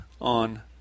on